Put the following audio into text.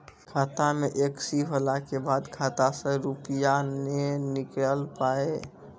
खाता मे एकशी होला के बाद खाता से रुपिया ने निकल पाए?